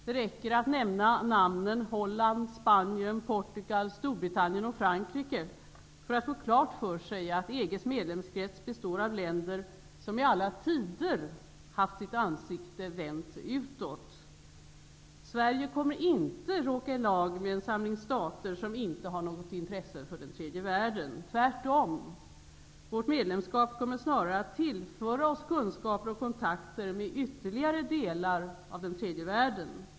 Det räcker att nämna namnen Holland, Spanien, Portugal, Storbritannien och Frankrike för att få klart för sig att EG:s medlemskrets består av länder som i alla tider har haft sitt ansikte vänt utåt. Sverige kommer inte att råka i lag med en samling stater, som inte har något intresse för den tredje världen. Tvärtom kommer vårt medlemskap snarare att tillföra oss kunskaper och kontakter med ytterligare delar av den tredje världen.